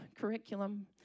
curriculum